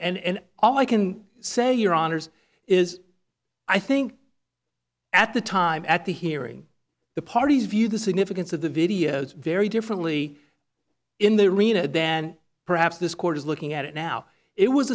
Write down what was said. case and all i can say your honour's is i think at the time at the hearing the parties viewed the significance of the videos very differently in the arena than perhaps this court is looking at it now it was